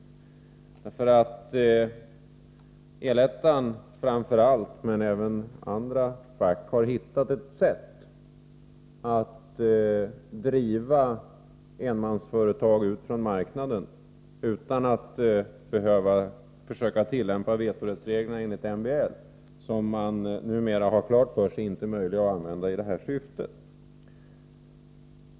Framför allt El-ettan men även andra fack har nämligen hittat ett sätt att driva enmansföretag ut från marknaden utan att försöka tillämpa vetorättsreglerna enligt MBL, som man numera har klart för sig inte är möjlig att använda i detta syfte.